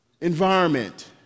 environment